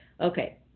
Okay